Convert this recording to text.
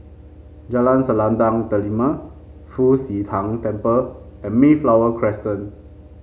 Jalan Selendang Delima Fu Xi Tang Temple and Mayflower Crescent